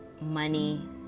Money